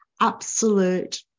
absolute